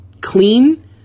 clean